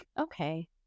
okay